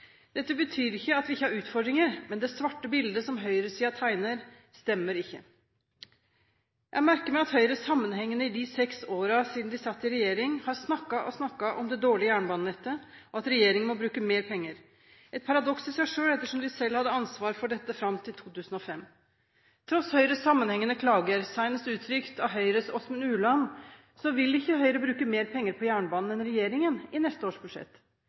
Dette betyr ikke at vi ikke har utfordringer, men det svarte bildet som høyresiden tegner, stemmer ikke. Jeg merker meg at Høyre sammenhengende – i seks år nå, siden de satt i regjering – har snakket og snakket om det dårlige jernbanenettet, og at regjeringen må bruke mer penger, et paradoks i seg selv ettersom de selv hadde ansvar for dette fram til 2005. Tross Høyres sammenhengende klager, senest uttrykt av Høyres Osmund Ueland, vil ikke Høyre bruke mer penger på jernbanen enn det regjeringen legger opp til i neste års budsjett.